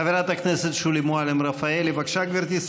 חברת הכנסת שולי מועלם-רפאלי, בבקשה, גברתי.